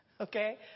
Okay